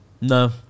No